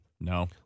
No